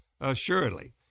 assuredly